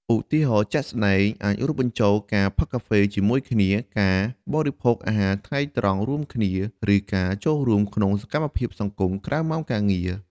ឧទាហរណ៍ជាក់ស្តែងអាចរួមបញ្ចូលការផឹកកាហ្វេជាមួយគ្នា ការបរិភោគអាហារថ្ងៃត្រង់រួមគ្នា ឬការចូលរួមក្នុងសកម្មភាពសង្គមក្រៅម៉ោងការងារ។